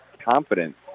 confidence